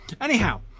anyhow